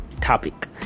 topic